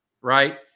right